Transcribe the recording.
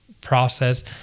process